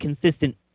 consistent